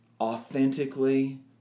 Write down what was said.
authentically